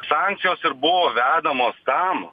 sankcijos ir buvo vedamos tam